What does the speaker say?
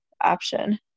option